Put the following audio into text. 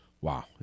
wow